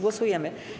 Głosujemy.